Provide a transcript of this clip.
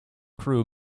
crew